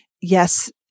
yes